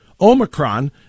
Omicron